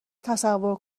تصور